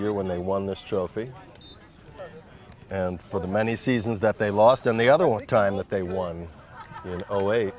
year when they won this trophy and for the many seasons that they lost and the other one time that they won